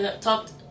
talked